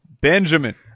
Benjamin